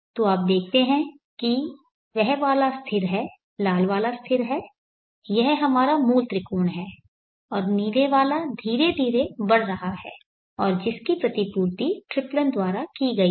तो आप देखते हैं कि वह वाला स्थिर है लाल वाला स्थिर है यह हमारा मूल त्रिकोण है और नीले वाला धीरे धीरे बढ़ रहा है और जिसकी प्रतिपूर्ति ट्रिप्लन द्वारा की गई है